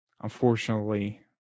unfortunately